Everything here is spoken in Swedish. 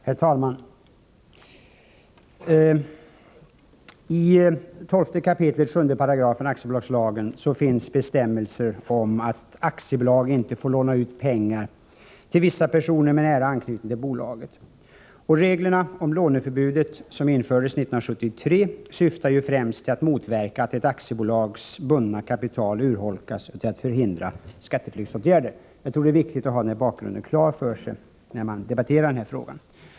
Herr talman! I 12 kap. 7 8 aktiebolagslagen finns bestämmelser om att aktiebolag inte får låna ut pengar till vissa personer med nära anknytning till bolaget. Reglerna om låneförbudet, som infördes 1973, syftar ju främst till att motverka att ett aktiebolags bundna kapital urholkas och till att förhindra skatteflykt. Jag tror det är viktigt att ha den här bakgrunden klar för sig när man debatterar denna fråga.